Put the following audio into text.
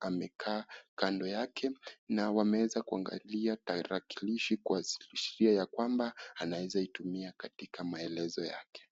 amekaa kando yake na wameweza kuangalia tarakilishi kuashiria kwamba anaezaitumia katika maelezo yake.